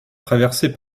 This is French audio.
traversé